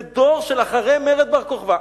זה דור של אחרי מרד בר-כוכבא,